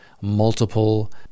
multiple